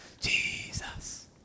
Jesus